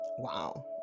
Wow